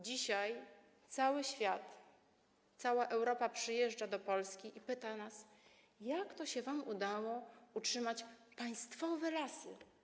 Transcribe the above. Dzisiaj cały świat, cała Europa przejeżdża do Polski i pyta nas: jak wam się udało utrzymać państwowe lasy?